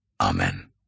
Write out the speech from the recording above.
Amen